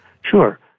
Sure